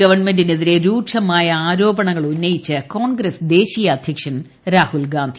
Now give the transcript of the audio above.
ഗവൺമെന്റിനെതിരെ രൂക്ഷമായ ആരോപണങ്ങളുന്നയിച്ച് കോൺഗ്രസ് ദേശീയ അദ്ധ്യക്ഷൻ രാഹുൽ ഗാന്ധി